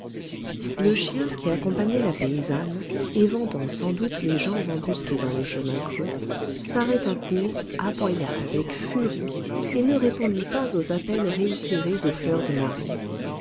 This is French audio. le chien qui accompagnait la paysanne éventant sans doute les gens embusqués dans le chemin creux s'arrêta court aboya avec furie et ne répondit pas aux appels réitérés de